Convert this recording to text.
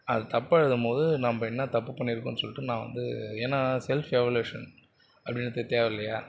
அதை தப்பாக எழுதும்போது நம்ம என்ன தப்பு பண்ணியிருக்கோம்னு சொல்லிவிட்டு நான் வந்து ஏன்னால் செல்ஃப் எவால்வேஷன் அப்படிங்கிறது தேவை இல்லையா